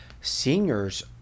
seniors